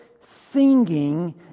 singing